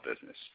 business